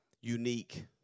unique